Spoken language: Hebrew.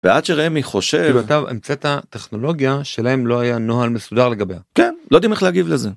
ועד שראמי חושב אתה המצאת טכנולוגיה שלהם לא היה נוהל מסודר לגביה כן לא יודעים איך להגיב לזה.